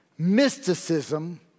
mysticism